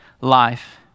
life